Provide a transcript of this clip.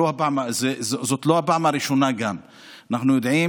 וזאת גם לא הפעם הראשונה; אנחנו יודעים